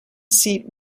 seat